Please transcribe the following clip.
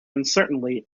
uncertainly